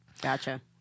Gotcha